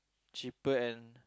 cheaper and